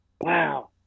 Wow